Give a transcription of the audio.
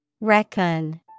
Reckon